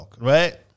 Right